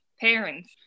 parents